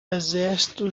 exército